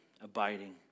abiding